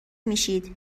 میشید